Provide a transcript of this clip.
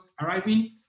arriving